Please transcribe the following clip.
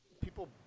People